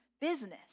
business